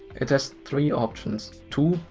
it's has three options, two,